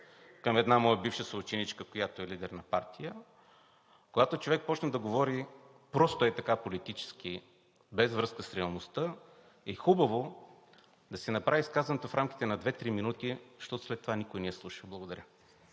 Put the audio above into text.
към една моя бивша съученичка, която е лидер на партия. Когато човек започне да говори просто ей така политически, без връзка с реалността, е хубаво да си направи изказването в рамките на две-три минути, защото след това никой не я слуша. Благодаря.